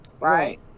right